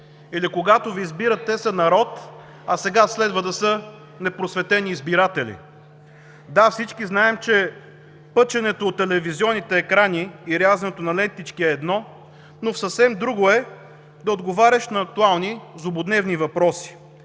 Или, когато Ви избират, те са народ, а сега следва да са непросветени избиратели?! Да, всички знаем, че пъченето от телевизионните екрани и рязането на лентички е едно, но е съвсем друго да отговаряш на актуални, злободневни въпроси,